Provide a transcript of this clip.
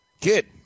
Kid